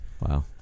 Wow